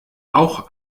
auch